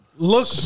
Look